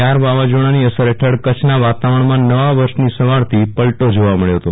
કયાર વાવાઝોડાનિ અસર હેઠળ કચ્છ ના વાતાવરણ માં નવા વરસની સવાર થી પલટો જોવા મળ્યો હતો